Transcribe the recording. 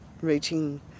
reaching